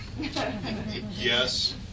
Yes